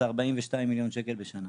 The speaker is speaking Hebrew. זה 42 מיליון שקל בשנה.